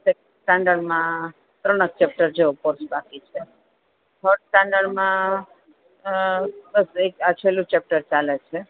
six સ્ટાન્ડરમાં ત્રણ જ ચેપટર જેવો કોર્સ બાકી છે ફશ સ્ટાન્ડરમાં અ બસ આ એક છેલ્લું ચેપટર ચાલે છે